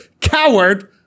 coward